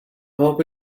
hope